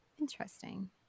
Interesting